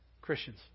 Christians